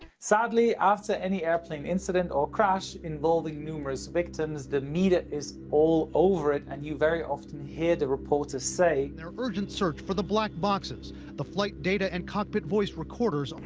sadly after any airplane incident or crash involving numerous victims, the media is all over it and you very often hear the reporters say. their urgent search for the black boxes the flight data and cockpit voice recorders.